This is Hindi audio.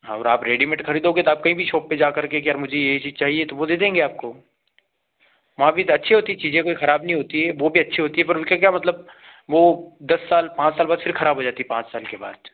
और आप रेडीमेट खरीदोगे तो आप कहीं भी शोप पर जाकर के कि यार मुझे यह चीज़ चाहिए तो वह दे देंगे आपको वहाँ भी अच्छी होती चीज़ें कोई खराब नहीं होती है वह भी अच्छी होती है पर उनके क्या मतलब वह दस साल पाँच साल बाद फिर खराब हो जाती हैं पाँच साल के बाद